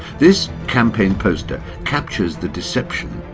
this campaign poster captures the deception.